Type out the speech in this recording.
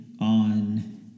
on